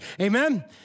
amen